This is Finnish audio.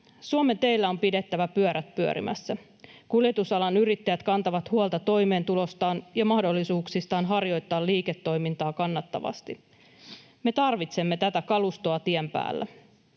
Suomen teillä on pidettävä pyörät pyörimässä. Kuljetusalan yrittäjät kantavat huolta toimeentulostaan ja mahdollisuuksistaan harjoittaa liiketoimintaa kannattavasti. Me tarvitsemme tätä kalustoa tien päällä.